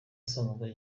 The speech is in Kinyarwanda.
asanzwe